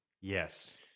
Yes